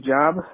job